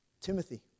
Timothy